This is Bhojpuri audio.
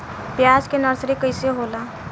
प्याज के नर्सरी कइसे होला?